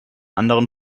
anderen